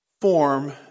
form